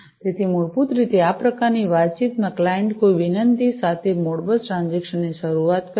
તેથી મૂળભૂત રીતે આ પ્રકારની વાતચીતમાં ક્લાયંટ કોઈ વિનંતી સાથે મોડબસ ટ્રાન્ઝેક્શન ની શરૂઆત કરે છે